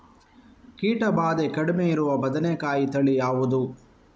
ಕೀಟ ಭಾದೆ ಕಡಿಮೆ ಇರುವ ಬದನೆಕಾಯಿ ತಳಿ ಯಾವುದು?